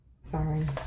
Sorry